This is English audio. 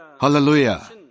Hallelujah